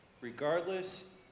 regardless